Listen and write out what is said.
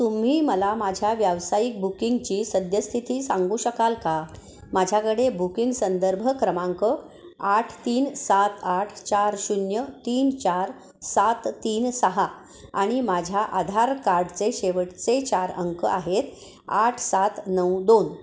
तुम्ही मला माझ्या व्यावसायिक बुकिंगची सद्यस्थिती सांगू शकाल का माझ्याकडे बुकिंग संदर्भ क्रमांक आठ तीन सात आठ चार शून्य तीन चार सात तीन सहा आणि माझ्या आधार कार्डचे शेवटचे चार अंक आहेत आठ सात नऊ दोन